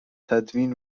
تدوین